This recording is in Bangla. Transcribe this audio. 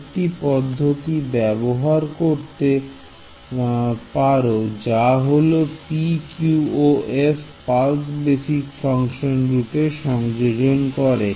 আরেকটি পদ্ধতি ব্যবহার করতে পারো যা হলো pq ও f পালস বেসিক ফাংশন রূপে সংযোজন করে